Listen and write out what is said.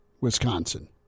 Wisconsin